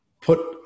put